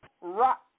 Rock